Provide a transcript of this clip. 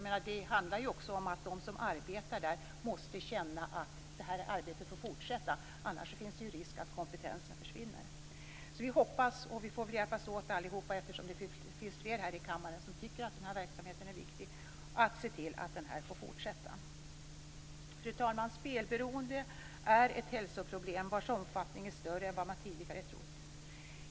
Men det handlar ju också om att de som arbetar där måste känna att arbetet får fortsätta. Annars finns en risk att kompetensen försvinner. Så vi hoppas. Vi får väl hjälpas åt allihop - det finns ju fler här i kammaren som tycker att den här verksamheten är viktig - för att se till att det här får fortsätta. Fru talman! Spelberoende är ett hälsoproblem vars omfattning är större än man tidigare trott.